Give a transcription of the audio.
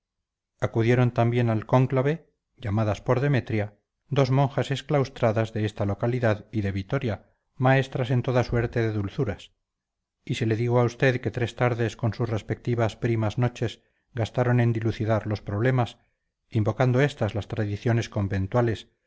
acudieron también al cónclave llamadas por demetria dos monjas exclaustradas de esta localidad y de vitoria maestras en toda suerte de dulzuras y si le digo a usted que tres tardes con sus respectivas primas noches gastaron en dilucidar los problemas invocando estas las tradiciones conventuales